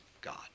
God